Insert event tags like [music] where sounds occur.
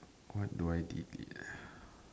what do I delete [breath]